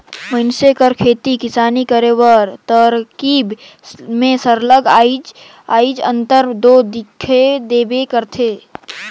मइनसे कर खेती किसानी करे कर तरकीब में सरलग आएज अंतर दो दिखई देबे करथे